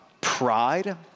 pride